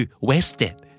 wasted